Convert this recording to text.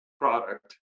product